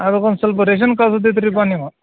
ಅದಕ್ಕೊಂದು ಸ್ವಲ್ಪ ರೇಷನ್ ಕಳಿಸೋದಿತ್ರಿಪ್ಪ ನೀವು